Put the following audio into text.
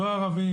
לא ערבים,